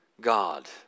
God